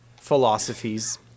philosophies